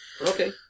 Okay